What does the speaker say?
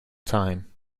time